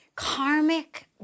karmic